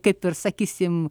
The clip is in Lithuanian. kaip ir sakysime